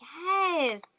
Yes